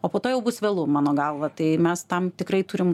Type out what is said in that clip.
o po to jau bus vėlu mano galva tai mes tam tikrai turim